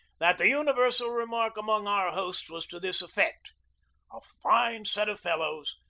that the universal remark among our hosts was to this effect a fine set of fellows,